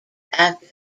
after